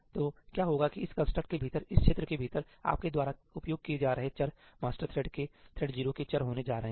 तो क्या होगा कि इस कंस्ट्रक्ट के भीतर इस क्षेत्र के भीतर आपके द्वारा उपयोग किए जा रहे चर मास्टर थ्रेड के थ्रेड 0 के चर होने जा रहे हैं